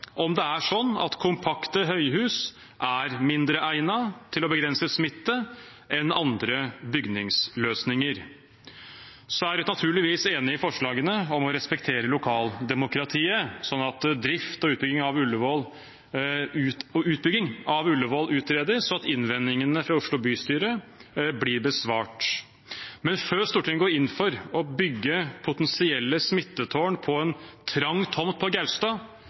om det er sånn at kompakte høyhus er mindre egnet til å begrense smitte enn andre bygningsløsninger. Rødt er naturligvis enig i forslagene om å respektere lokaldemokratiet, sånn at drift og utbygging av Ullevål utredes, og at innvendingene fra Oslo bystyre blir besvart. Men før Stortinget går inn for å bygge potensielle smittetårn på en trang tomt på Gaustad,